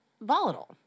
volatile